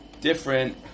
different